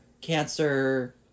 cancer